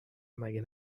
مگه